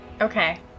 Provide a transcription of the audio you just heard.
Okay